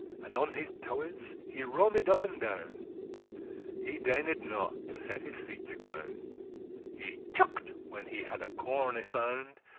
and on his toes he roamed up and down he deigned not to set his feet to ground he chucked, when he had a corn y-found,